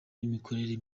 n’imikorere